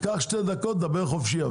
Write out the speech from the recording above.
קח שתי דקות, דבר חופשי.